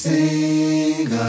Sing